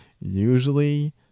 usually